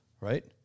right